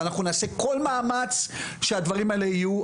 ואנחנו נעשה כל מאמץ שהדברים האלה יהיו.